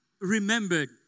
remembered